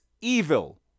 evil